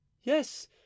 Yes